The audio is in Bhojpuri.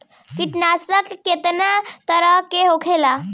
कीटनाशक केतना तरह के होला?